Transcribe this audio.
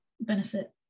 benefit